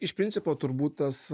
iš principo turbūt tas